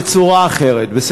אני אנסה בצורה אחרת.